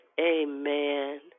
Amen